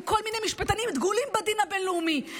עם כל מיני משפטנים דגולים בדין הבין-לאומי,